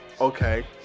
Okay